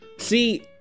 See